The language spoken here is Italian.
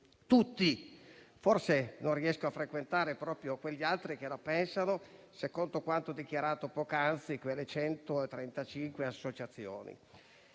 Tutti. Forse non riesco a frequentare proprio quegli altri che la pensano secondo quanto dichiarato poc'anzi (quelle 135 associazioni).